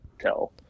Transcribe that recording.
tell